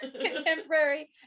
contemporary